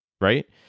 Right